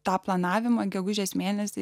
tą planavimą gegužės mėnesį